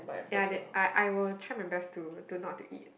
ya then I I was try my best to not to eat